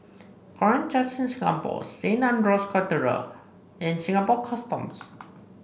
Korean Church in Singapore Saint Andrew's Cathedral and Singapore Customs